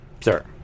sir